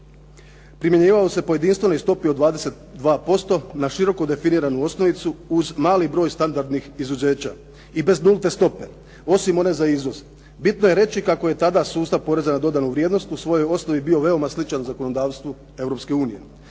primjenjivao se po jedinstvenoj stopi od 22% na široko definiranu osnovicu uz mali broj standardnih izuzeća i bez nulte stope, osim one za izvoz. Bitno je reći kako je tada sustav poreza na dodanu vrijednost u svojoj osnovi bio veoma sličan zakonodavstvu